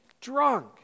drunk